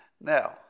Now